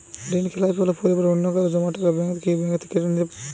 ঋণখেলাপি হলে পরিবারের অন্যকারো জমা টাকা ব্যাঙ্ক কি ব্যাঙ্ক কেটে নিতে পারে?